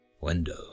window